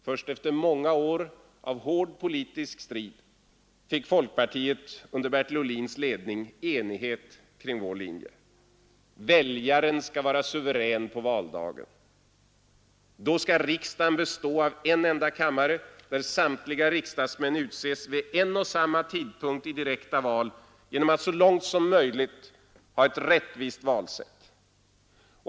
Först efter många år av hård politisk strid fick folkpartiet under Bertil Ohlins ledning enighet kring sin linje. Väljaren skall vara suverän på valdagen. Då skall riksdagen bestå av en enda kammare, där samtliga riksdagsmän utses vid en och samma tidpunkt i direkta val genom ett så långt som möjligt rättvist valsätt.